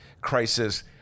crisis